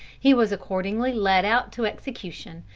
he was accordingly led out to execution,